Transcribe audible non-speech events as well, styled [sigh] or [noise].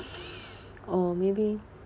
[breath] or maybe